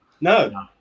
no